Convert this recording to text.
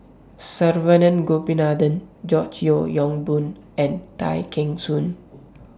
Saravanan Gopinathan George Yeo Yong Boon and Tay Kheng Soon